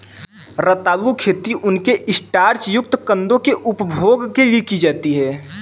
रतालू खेती उनके स्टार्च युक्त कंदों के उपभोग के लिए की जाती है